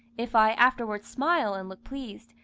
if i afterwards smile and look pleased,